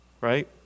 right